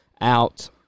out